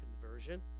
conversion